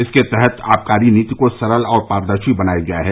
इसके तहत आबकारी नीति को सरल और पारदर्शी बनाया गया है